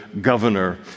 governor